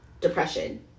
depression